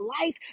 Life